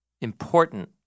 important